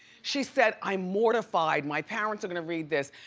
she said, i'm mortified, my parents are gonna read this,